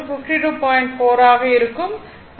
4 ஆக இருக்கும்